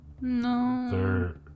no